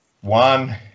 one